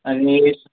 आणि